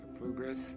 progress